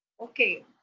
Okay